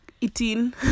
eating